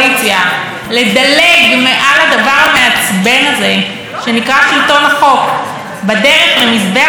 המעצבן הזה שנקרא שלטון החוק בדרך למזבח פולחן האישיות של ראש הממשלה.